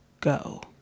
go